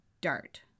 dart